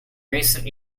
recent